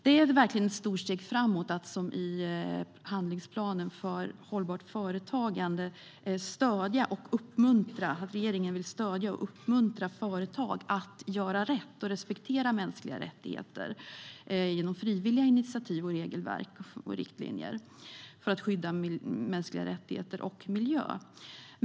Det är verkligen ett stort steg framåt att regeringen i handlingsplanen för hållbart företagande vill stödja och uppmuntra företag att göra rätt och respektera mänskliga rättigheter genom frivilliga initiativ, regelverk och riktlinjer, för att skydda mänskliga rättigheter och miljö.